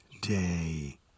day